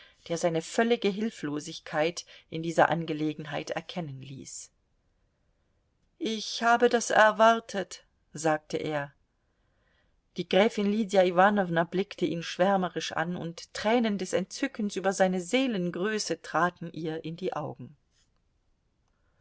der seine völlige hilflosigkeit in dieser angelegenheit erkennen ließ ich habe das erwartet sagte er die gräfin lydia iwanowna blickte ihn schwärmerisch an und tränen des entzückens über seine seelengröße traten ihr in die augen